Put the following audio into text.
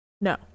No